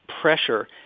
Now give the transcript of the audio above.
pressure